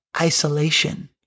isolation